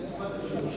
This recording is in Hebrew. זה לטובת הציבור.